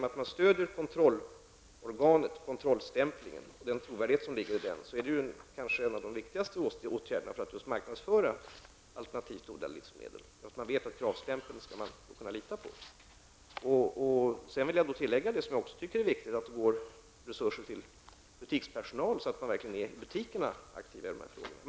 Att staten stöder kontrollstämplingen och den trovärdighet som ligger i den är en av de viktigaste åtgärderna för att just marknadsföra alternativt odlade livsmedel -- man vet att man kan lita på Jag vill tillägga -- det tycker jag också är viktigt -- att det går resurser till butikspersonal, så att man i butikerna verkligen är aktiva i de här frågorna.